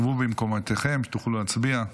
שבו במקומותיכם שתוכלו להצביע,